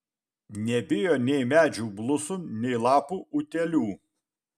nebijo nei medžių blusų nei lapų utėlių